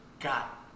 Got